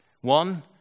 One